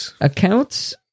accounts